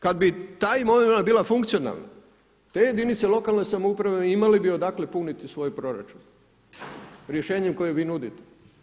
Kada bi ta imovina bila funkcionalna, te jedinice lokalne samouprave imale bi odakle puniti svoj proračun rješenjem koje vi nudite.